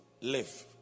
live